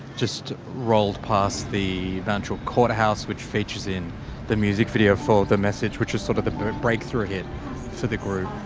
just rolled past the mount druitt courthouse, which features in the music video for the message, which was sort of the breakthrough hit for the group.